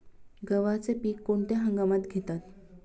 गव्हाचे पीक कोणत्या हंगामात घेतात?